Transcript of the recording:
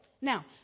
Now